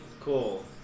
Cool